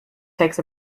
takes